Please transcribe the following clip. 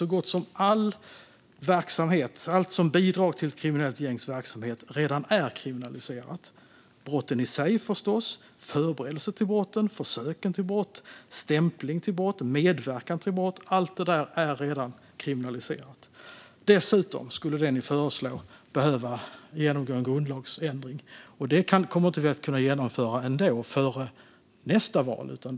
Så gott som allt som bidrar till ett kriminellt gängs verksamhet är ju redan kriminaliserat - naturligtvis brotten i sig men också förberedelse till brott, försök till brott, stämpling till brott och medverkan till brott. Allt det där är redan kriminaliserat. Dessutom skulle det ni föreslår kräva en grundlagsändring, och det kommer vi ändå inte att kunna genomföra före nästa val.